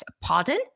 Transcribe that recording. Pardon